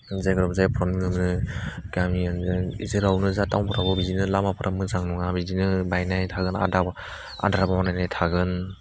जाय हग जायफ्राव नुनो मोनो गामियानो जेरावनो जा थावनफ्रावबो बिदिनो लामाफ्रा मोजां नङा बिदिनो बायनाय थागोन आद्रा आद्रा बानायनाय थागोन